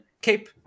Cape